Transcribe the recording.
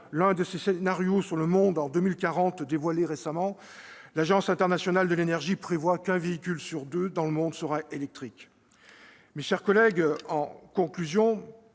l'un de ses scénarios sur le monde en 2040 récemment dévoilé, l'Agence internationale de l'énergie prévoit qu'un véhicule sur deux dans le monde sera électrique. Mes chers collègues, la